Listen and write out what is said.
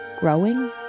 growing